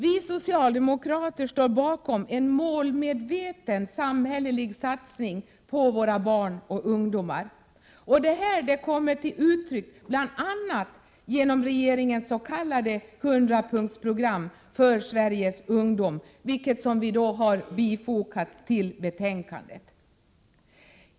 Vi socialdemokrater står bakom en målmedveten samhällelig satsning på våra barn och ungdomar. Detta kommer till uttryck bl.a. genom regeringens s.k. 100-punktsprogram för Sveriges ungdom, vilket bifogats betänkandet.